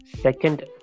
Second